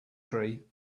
tree